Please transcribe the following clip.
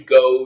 go